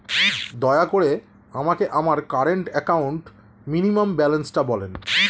দয়া করে আমাকে আমার কারেন্ট অ্যাকাউন্ট মিনিমাম ব্যালান্সটা বলেন